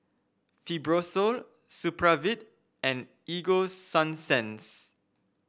Fibrosol Supravit and Ego Sunsense